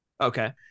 Okay